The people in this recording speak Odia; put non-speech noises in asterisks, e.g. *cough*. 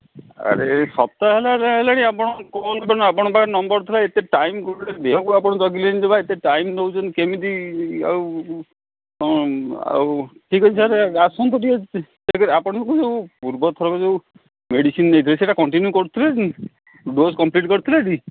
ଆରେ ସପ୍ତାହେ ହେଲା ହେଲାଣି ଆପଣ *unintelligible* ଫୋନ୍ କଲେନି ଆପଣଙ୍କ ପାଖେ ନମ୍ବର ଥିଲା ଏତେ ଟାଇମ୍ କେଉଁଠି ଗୋଟେ ଦେହକୁ ଆପଣ ଜଗିଲେନି ଜମା ଏତେ ଟାଇମ୍ ନେଉଛନ୍ତି କେମିତି ଆଉ ହଁ ଆଉ ଠିକ୍ ଅଛି ସାର୍ ଆସନ୍ତୁ ଟିକେ ଆପଣଙ୍କୁ ପୂର୍ବ ଥର ଯଉ ମେଡିସିନ୍ ଦେଇଥିଲି ସେଇଟା କଣ୍ଟିନ୍ୟୁ କରୁଥିଲେ ଟି କୋର୍ସ କମ୍ପଲିଟ୍ କରିଥିଲେ ଟି